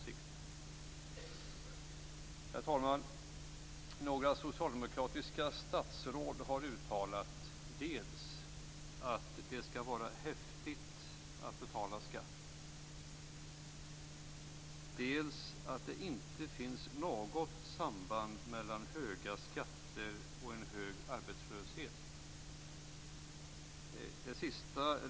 Det är alltså min avsikt. Några socialdemokratiska statsråd har uttalat dels att det skall vara häftigt att betala skatt, dels att det inte finns något samband mellan höga skatter och hög arbetslöshet.